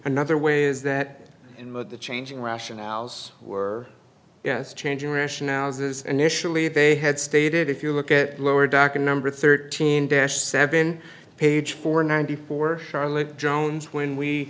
another way is that changing rationales or yes changing rationales is an initially they had stated if you look at lower doc a number thirteen dash seven page four ninety four charlotte jones when we